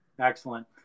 Excellent